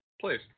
Please